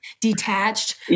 detached